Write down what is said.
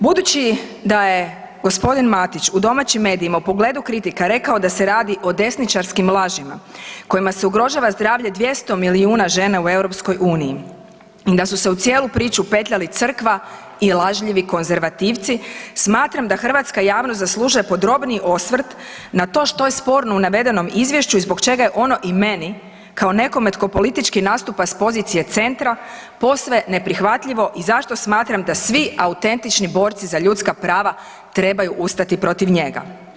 Budući da je g. Matić u domaćim medijima u pogledu kritika rekao da se radi o desničarskim lažima kojima se ugrožava zdravlje 200 milijuna žena u EU i da su se u cijelu priču petljali Crkva i lažljivi konzervativci, smatram da hrvatska javnost zaslužuje podrobniji osvrt na to što je sporno u navedenom Izvješću i zbog čega je ono i meni kao nekome tko politički nastupa s pozicije centra posve neprihvatljivo i zašto smatram da svi autentični borci za ljudska prava trebaju ustati protiv njega.